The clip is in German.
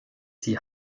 die